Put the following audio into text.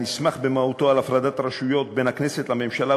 הנסמך במהותו על הפרדת הרשויות בין הכנסת לממשלה,